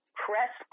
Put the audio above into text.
press